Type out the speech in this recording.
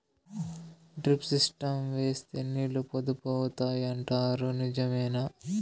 Drip system వేస్తే నీళ్లు పొదుపు అవుతాయి అంటారు నిజమేనా?